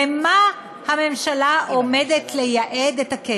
למה הממשלה עומדת לייעד את הכסף?